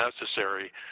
necessary